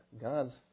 God's